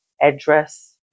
Address